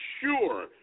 sure